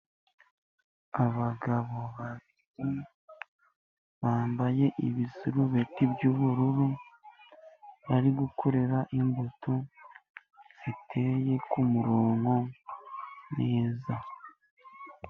Abagabo babiri, bambaye ibisurubeti by'ubururu, bari gukorera imbuto ziteye kumurongo neza.